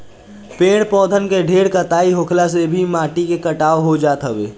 पेड़ पौधन के ढेर कटाई होखला से भी माटी के कटाव हो जात हवे